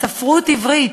בספרות עברית,